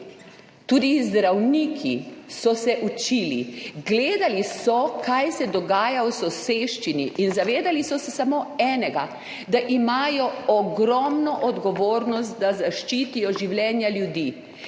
tudi zdravniki so se učili. Gledali so, kaj se dogaja v soseščini, in zavedali so se samo enega – da imajo ogromno odgovornost, da zaščitijo življenja ljudi.